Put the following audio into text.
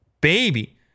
baby